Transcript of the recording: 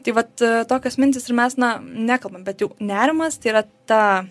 tai vat tokios mintys ir mes na nekalbam bet jau nerimas tai yra ta